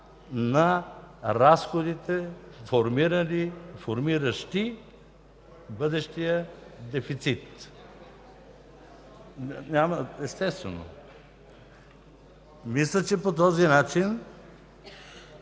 на разходите, формиращи бъдещия дефицит. Мисля, че по този начин